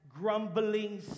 grumbling